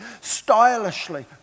stylishly